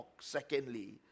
secondly